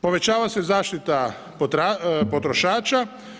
Povećava se zaštita potrošača.